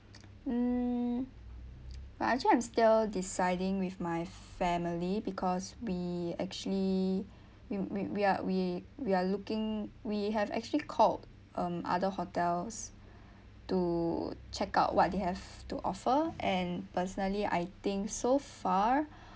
mm but actually I'm still deciding with my family because we actually we we we are we we are looking we have actually called um other hotels to check out what they have to offer and personally I think so far